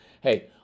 Hey